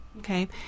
Okay